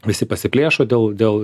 visi pasiplėšo dėl dėl